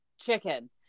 chicken